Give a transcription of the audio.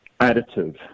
additive